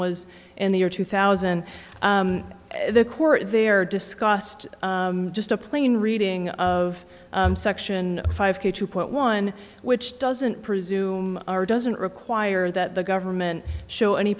was in the year two thousand the court there discussed just a plain reading of section five k two point one which doesn't presume our doesn't require that the government show any